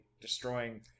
destroying